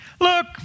Look